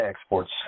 exports